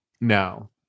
No